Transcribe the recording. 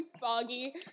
foggy